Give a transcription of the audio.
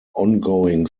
ongoing